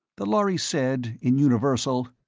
the lhari said, in universal,